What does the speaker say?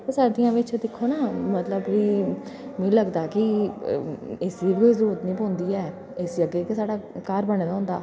ओह् सर्दियां बिच दिक्खो ना मतलब कि मिगी लगदा कि एसी दी बी कोई निं जरूरत पौंदी ऐ एसी अग्गें गै साढ़ा घर बने दा होंदा